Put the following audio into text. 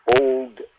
old